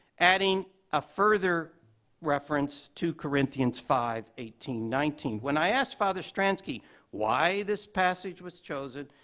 adding a further reference to corinthians five eighteen nineteen. when i asked father stransky why this passage was chosen,